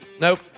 Nope